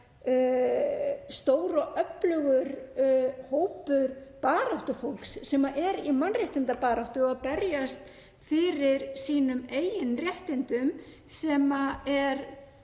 stór og öflugur hópur baráttufólks í mannréttindabaráttu, sem berst fyrir sínum eigin réttindum og er